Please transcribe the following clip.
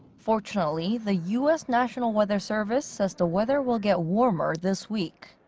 fortunately, the us national weather service says the weather will get warmer this week.